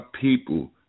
people